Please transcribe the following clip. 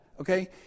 okay